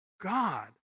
God